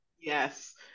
Yes